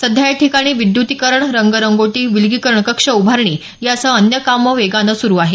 सध्या याठिकाणी विद्युतीकरण रंगरंगोटी विलगीकरण कक्ष उभारणी यासह अन्य कामं वेगानं सुरु आहेत